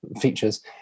features